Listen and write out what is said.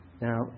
Now